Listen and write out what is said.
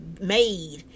made